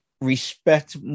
respect